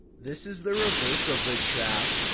this is the reverse of the track